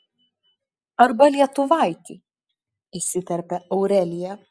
arba lietuvaitį įsiterpia aurelija